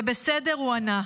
זה בסדר, הוא ענה.